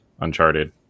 Uncharted